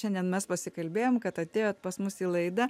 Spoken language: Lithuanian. šiandien mes pasikalbėjom kad atėjot pas mus į laidą